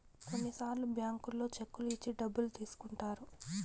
కొన్నిసార్లు బ్యాంకుల్లో చెక్కులు ఇచ్చి డబ్బులు తీసుకుంటారు